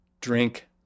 Drink